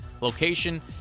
location